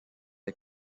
est